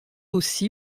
aussi